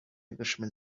englishman